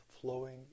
flowing